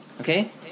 Okay